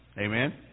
Amen